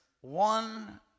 one